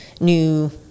new